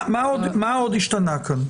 מה עוד השתנה כאן?